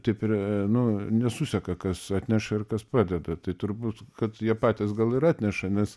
taip ir nu nesuseka kas atneša ir kas padeda tai turbūt kad jie patys gal ir atneša nes